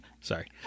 Sorry